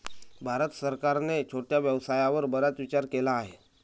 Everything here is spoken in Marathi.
भारत सरकारने छोट्या व्यवसायावर बराच विचार केला आहे